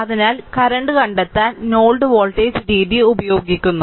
അതിനാൽ കറന്റ് കണ്ടെത്താൻ node voltage രീതി ഉപയോഗിക്കുന്നു